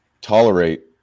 tolerate